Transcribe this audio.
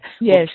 Yes